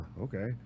okay